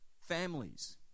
families